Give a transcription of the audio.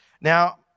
Now